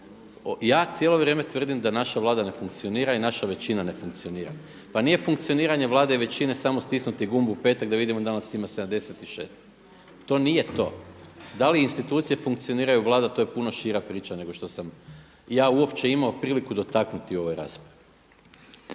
Ja cijelo vrijeme tvrdim da naša Vlada ne funkcionira i naša većina ne funkcionira. Pa nije funkcioniranje Vlade i većine samo stisnuti gumb u petak da vidimo da li nas ima 76. To nije to. Da li institucije funkcioniraju, Vlada to je puno šira priča nego što sam ja uopće imao prilike dotaknuti u ovoj raspravi.